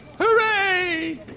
Hooray